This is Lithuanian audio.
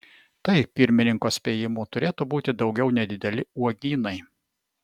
tai pirmininko spėjimu turėtų būti daugiau nedideli uogynai